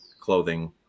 clothing